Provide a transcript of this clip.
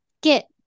get